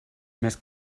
més